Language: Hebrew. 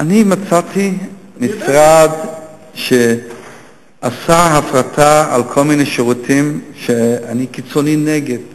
אני מצאתי משרד שעשה הפרטה של כל מיני שירותים שאני באופן קיצוני נגד,